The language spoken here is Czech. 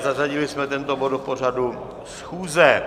Zařadili jsme tento bod do pořadu schůze.